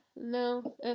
No